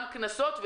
גם קנסות,